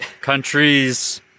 countries